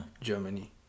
germany